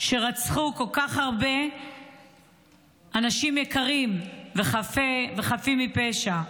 שרצחו כל כך הרבה אנשים יקרים וחפים מפשע.